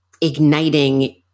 igniting